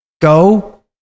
go